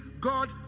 God